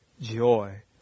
joy